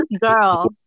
girl